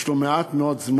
יש לו מעט מאוד זמן,